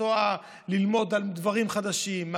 לנסוע ללמוד על דברים חדשים,